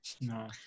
no